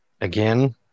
Again